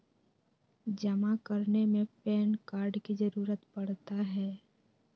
जमा करने में पैन कार्ड की जरूरत पड़ता है?